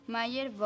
Mayer